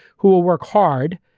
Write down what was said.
who will work hard,